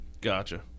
Gotcha